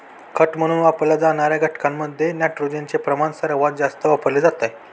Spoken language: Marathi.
खते म्हणून वापरल्या जाणार्या घटकांमध्ये नायट्रोजनचे प्रमाण सर्वात जास्त वापरले जाते